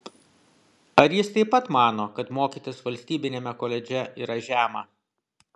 ar jis taip pat mano kad mokytis valstybiniame koledže yra žema